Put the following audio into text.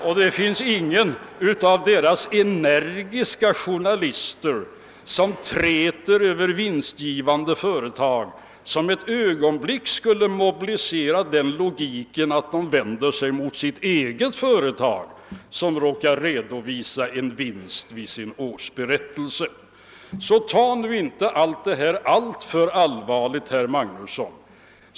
Och ingen av deras energiska journalister som ibland träter över vinstgivande företag skulle ett ögonblick mobilisera den logiken, att han vänder sig mot sitt eget företag, om det råkar redovisa en vinst i sin Ta nu därför inte ailt det här alltför allvarligt, herr Magnusson.